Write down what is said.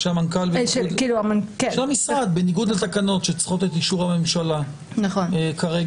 של המשרד בניגוד לתקנות שעדיין צריכות את אישור הממשלה כרגע.